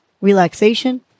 relaxation